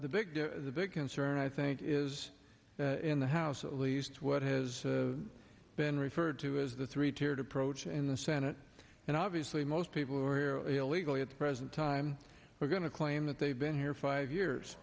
the big the big concern i think is in the house at least what has been referred to as the three tiered approach in the senate and obviously most people who are here illegally at the present time we're going to claim that they've been here five years